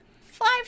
five